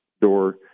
door